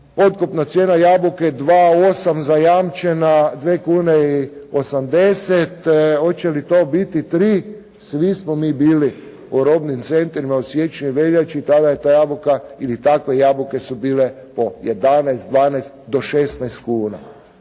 otkupna cijena jabuke 2,8 zajamčena, 2 kn i 80 hoće li to biti 3. Svi smo mi bili u robnim centrima u siječnju i veljači, tada je ta jabuka ili takve jabuke su bile po 11, 12 do 16 kuna.